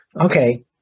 Okay